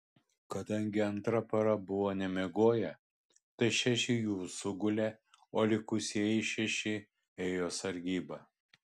kadangi antra para buvo nemiegoję tai šeši jų sugulė o likusieji šeši ėjo sargybą